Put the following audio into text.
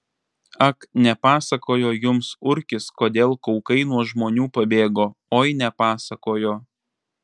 ak nepasakojo jums urkis kodėl kaukai nuo žmonių pabėgo oi nepasakojo